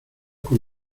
con